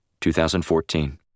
2014